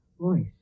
Voice